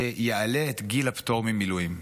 שיעלה את גיל הפטור ממילואים.